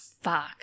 fuck